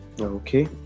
Okay